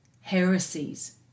heresies